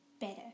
better